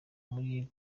muri